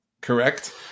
Correct